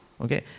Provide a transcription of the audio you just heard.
Okay